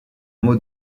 mot